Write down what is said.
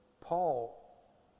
Paul